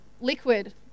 liquid